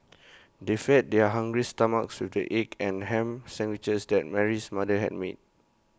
they fed their hungry stomachs with the egg and Ham Sandwiches that Mary's mother had made